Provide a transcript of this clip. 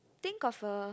think of a